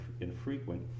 infrequent